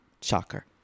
Shocker